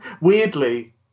weirdly